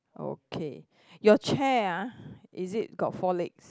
okay your chair ah is it got four legs